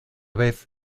vez